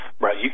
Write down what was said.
Right